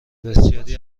بسیاری